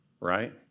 right